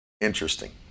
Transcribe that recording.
Interesting